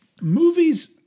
Movies